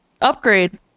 Upgrade